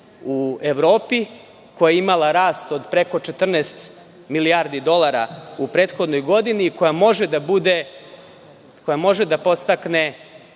u Evropi, koja je imala rast od preko 14 milijardi dolara u prethodnoj godini, koja može da bude